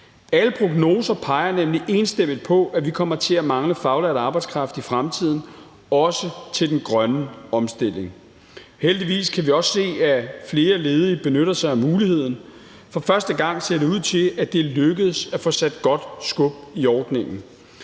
Alle prognoser peger nemlig enstemmigt på, at vi kommer til at mangle faglært arbejdskraft i fremtiden, også til den grønne omstilling. Heldigvis kan vi også se, at flere ledige benytter sig af muligheden. For første gang ser det ud til, at det er lykkedes at få sat godt skub i ordningen.